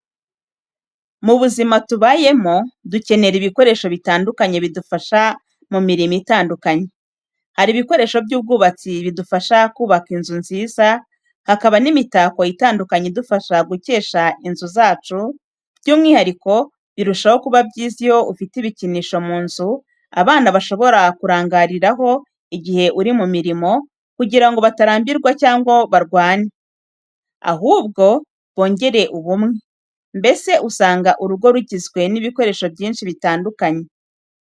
Mu buzima tubayemo, dukenera ibikoresho bitandukanye bidufasha mu mirimo itandukanye. Hari ibikoresho by’ubwubatsi bidufasha kubaka inzu nziza, hakaba n’imitako itandukanye idufasha gukesha inzu zacu. By’umwihariko, birushaho kuba byiza iyo ufite ibikinisho mu nzu abana bashobora kurangariraho igihe uri mu mirimo, kugira ngo batarambirwa cyangwa ngo barwane, ahubwo bongere ubumwe. Mbese, usanga urugo rugizwe n’ibikoresho byinshi bitandukanye.